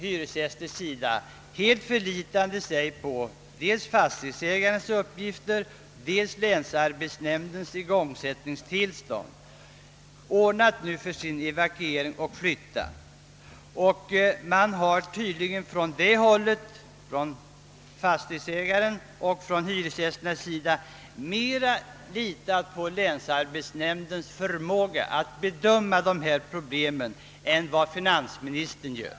Hyresgästerna har vanligen, förlitande sig på dels fastighetsägarnas uppgifter, dels länsarbetsnämndens igångsättningstillstånd, ordnat för evakuering och flyttning. Såväl fastighetsägare som hyresgäster har tydligen mera litat på länsarbetsnämndens förmåga att bedöma dessa problem än vad finansministern gör.